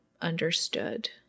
understood